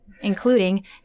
Including